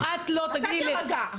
אתה תירגע.